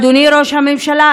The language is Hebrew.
אדוני ראש הממשלה,